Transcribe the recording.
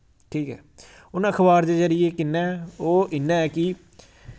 ठीक ऐ हून अखबार दे जरिये किन्ने ओह् इ'यां कि